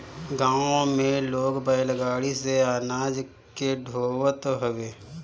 गांव में लोग बैलगाड़ी से अनाज के ढोअत हवे